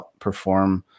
outperform